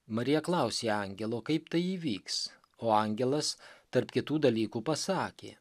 marija klausė angelo kaip tai įvyks o angelas tarp kitų dalykų pasakė